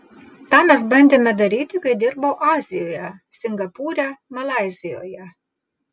tą mes bandėme daryti kai dirbau azijoje singapūre malaizijoje